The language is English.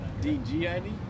D-G-I-D